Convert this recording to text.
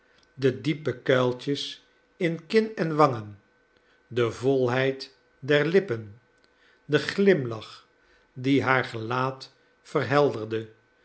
de diepe kuiltjes in kin en wangen de volheid der lippen de glimlach die haar gelaat verhelderde